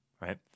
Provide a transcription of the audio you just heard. right